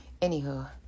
anywho